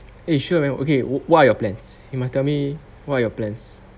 eh sure man okay what are your plans you must tell me what are your plans